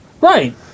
right